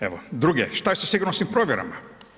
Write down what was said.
Evo, druge šta je sa sigurnosnim provjerama?